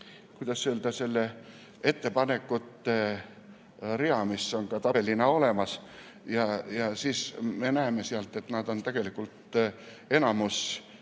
kas või selle ettepanekute rea, mis on ka tabelina olemas, siis me näeme sealt, et tegelikult enamus